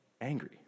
angry